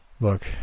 Look